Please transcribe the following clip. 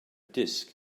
disk